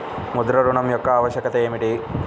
ముద్ర ఋణం యొక్క ఆవశ్యకత ఏమిటీ?